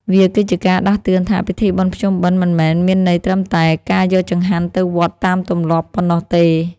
វាគឺជាការដាស់តឿនថា ពិធីបុណ្យភ្ជុំបិណ្ឌមិនមែនមានន័យត្រឹមតែការយកចង្ហាន់ទៅវត្តតាមទម្លាប់ប៉ុណ្ណោះទេ។